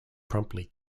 promptly